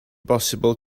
bosibl